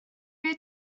beth